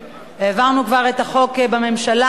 העברנו כבר את החוק בממשלה,